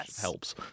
helps